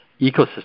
ecosystem